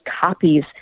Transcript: copies